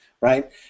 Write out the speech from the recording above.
right